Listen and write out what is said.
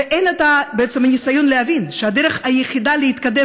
אין בעצם ניסיון להבין שהדרך היחידה להתקדם